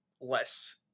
less